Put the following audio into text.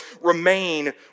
remain